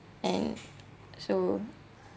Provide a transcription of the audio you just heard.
and so